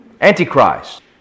Antichrist